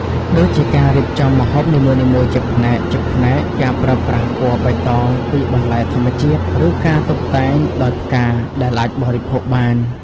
ដូចជាការរៀបចំម្ហូបនីមួយៗជាផ្នែកៗ ការប្រើប្រាស់ពណ៌បៃតងពីបន្លែធម្មជាតិ ឬការតុបតែងដោយផ្កាដែលអាចបរិភោគបាន។